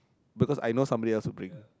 because I know somebody else would bring